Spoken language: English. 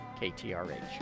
KTRH